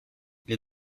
les